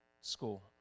school